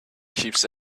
keeps